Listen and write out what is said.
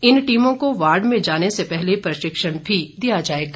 इन टीमों को वार्ड में जाने से पहले प्रशिक्षण भी दिया जाएगा